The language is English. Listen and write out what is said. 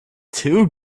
too